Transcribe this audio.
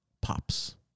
Pops